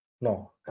No